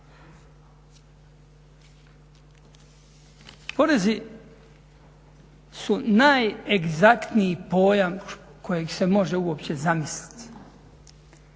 Porezi su najegzaktniji pojam kojeg se može uopće zamisliti,